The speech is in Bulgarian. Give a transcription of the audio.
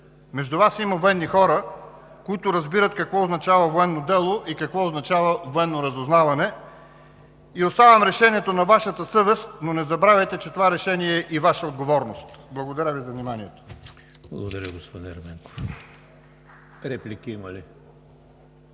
Между Вас има военни хора, които разбират какво означава „военно дело“ и какво означава „военно разузнаване“. Оставям решението на Вашата съвест, но не забравяйте, че това решение е и Ваша отговорност. Благодаря Ви за вниманието. (Единично ръкопляскане